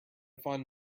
fond